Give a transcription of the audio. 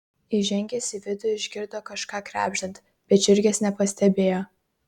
įžengęs į vidų išgirdo kažką krebždant bet žiurkės nepastebėjo